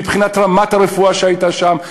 מבחינת רמת הרפואה שהייתה שם.